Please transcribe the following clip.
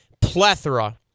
plethora